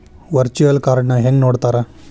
Virtual ಕಾರ್ಡ್ನ ಹೆಂಗ್ ನೋಡ್ತಾರಾ?